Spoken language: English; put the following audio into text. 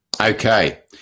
Okay